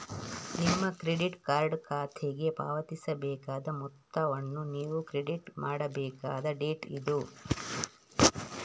ನಿಮ್ಮ credit card ಖಾತೆಗೆ ಪಾವತಿಸಬೇಕಾದ ಮೊತ್ತವನ್ನು ನೀವು ಕ್ರೆಡಿಟ್ ಮಾಡಬೇಕಾದ ಡೇಟ್ ಇದು